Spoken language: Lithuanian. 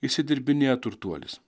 išsidirbinėja turtuolis